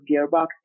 gearbox